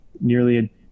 nearly